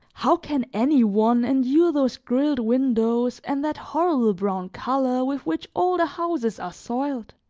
how can any one endure those grilled windows and that horrible brown color with which all the houses are soiled?